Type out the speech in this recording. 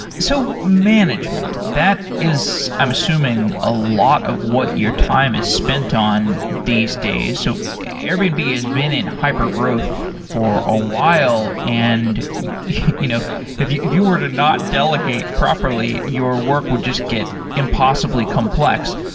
so management, that is i'm assuming a lot of what your time is spent on these days. so airbnb has been in hyper-growth for a while. and you know if you if you were to not delegate properly, your work would just get impossibly complex.